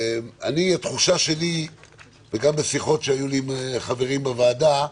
התחושה שלי וגם משיחות שהיו לי עם חברים בוועדה,